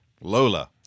Lola